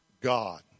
God